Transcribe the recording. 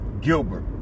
Gilbert